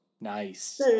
Nice